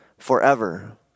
forever